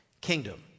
kingdom